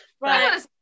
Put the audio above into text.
Right